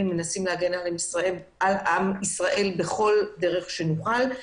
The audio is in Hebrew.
ומנסים להגן על עם ישראל בכל דרך שנוכל.